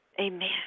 amen